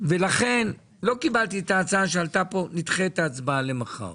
ולכן לא קיבלתי את ההצעה שעלתה כאן לדחות את ההצבעה למחר.